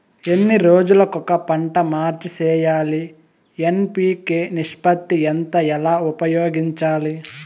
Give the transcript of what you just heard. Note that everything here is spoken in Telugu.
ఎన్ని రోజులు కొక పంట మార్చి సేయాలి ఎన్.పి.కె నిష్పత్తి ఎంత ఎలా ఉపయోగించాలి?